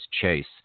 chase